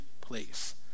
place